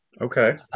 Okay